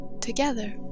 together